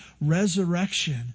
resurrection